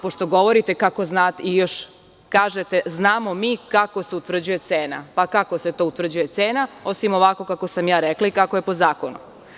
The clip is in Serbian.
Pošto govorite kako znate i još kažete – znamo mi kako se utvrđuje cena, pa kako se to utvrđuje cena, osim ovako kako sam rekla i kako je po zakonu?